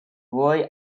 roy